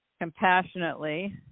compassionately